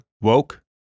Woke